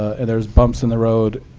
and there's bumps in the road.